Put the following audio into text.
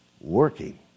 working